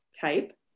type